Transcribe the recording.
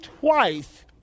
twice